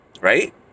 right